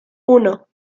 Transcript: uno